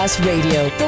Radio